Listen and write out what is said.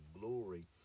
glory